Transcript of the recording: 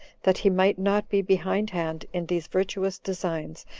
that he might not be behindhand in these virtuous designs,